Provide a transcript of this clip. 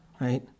right